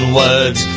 words